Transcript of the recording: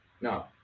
no